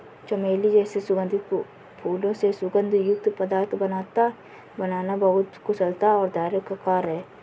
चमेली जैसे सुगंधित फूलों से सुगंध युक्त पदार्थ बनाना बहुत कुशलता और धैर्य का कार्य है